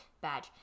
Badge